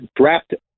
drafted